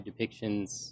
depictions